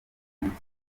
umunsi